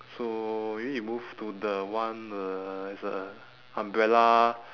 so we need to move to the one uh there's a umbrella